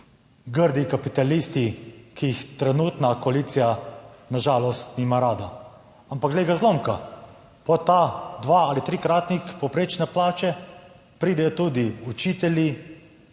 grdi kapitalisti, ki jih trenutna koalicija na žalost nima rada. Ampak glej ga zlomka, pod ta dva- ali trikratnik povprečne plače pridejo tudi učitelji,